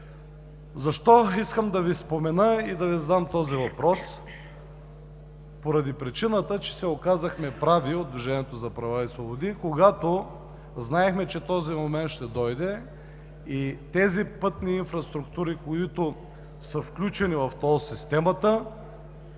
Защо искам да Ви спомена и да Ви задам този въпрос? Причината е, че се оказахме прави от „Движението за права и свободи“, когато знаехме, че този момент ще дойде и тези пътни инфраструктури, които са включени в тол системата